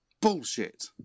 Bullshit